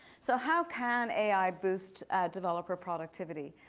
so how can ai boost developer productivity?